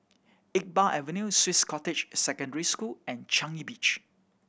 Iqbal Avenue Swiss Cottage Secondary School and Changi Beach